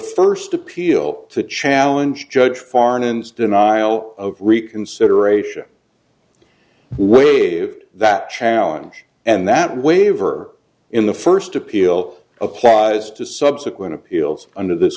first appeal to challenge judge foreign ins denial of reconsideration waived that challenge and that waiver in the first appeal applies to subsequent appeals under this